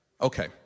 Okay